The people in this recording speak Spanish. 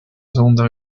segunda